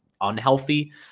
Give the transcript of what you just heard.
unhealthy